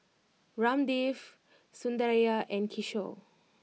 Ramdev Sundaraiah and Kishore